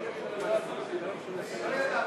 לא ידעתי.